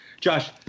Josh